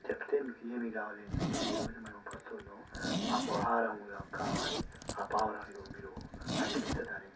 చెప్తే మీకు ఏమి కావాలి ఏందంటే ఈరోజు మేము పస్తు ఉన్నం మాకు ఆహారం కావాలి ఆ పావురానికి మీరు అడ్డు వేస్తే దాని